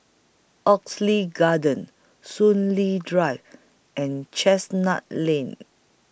Oxley Garden Soon Lee Drive and Chestnut Lane